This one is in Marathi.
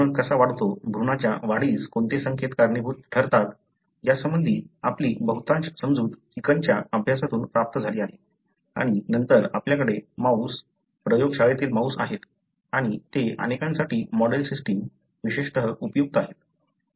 भ्रूण कसा वाढतो भ्रूणाच्या वाढीस कोणते संकेत कारणीभूत ठरतात यासंबंधीची आपली बहुतांश समजूत चिकनच्या अभ्यासातून प्राप्त झाली आहे आणि नंतर आपल्याकडे माऊस प्रयोगशाळेतील माऊस आहेत आणि ते अनेकांसाठी मॉडेल सिस्टम विशेषतः उपयुक्त आहेत